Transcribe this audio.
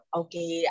okay